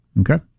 Okay